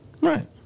Right